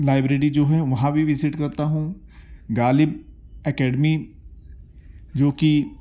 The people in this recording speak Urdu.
لائبریری جو ہے وہاں بھی وزٹ کرتا ہوں غالب اکیڈمی جوکہ